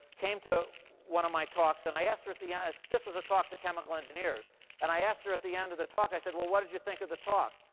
came to one of my talks. and i asked her at the end yeah this was a talk to chemical engineers and i asked her at the end of the talk. i said, well, what did you think of the talk?